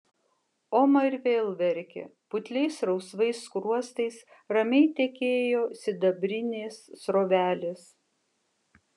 oma ir vėl verkė putliais rausvais skruostais ramiai tekėjo sidabrinės srovelės